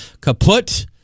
kaput